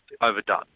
overdone